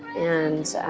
and